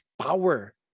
power